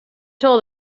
told